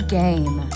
game